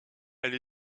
elle